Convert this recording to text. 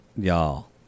y'all